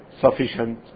sufficient